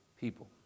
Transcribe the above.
people